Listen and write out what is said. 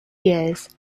years